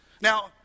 Now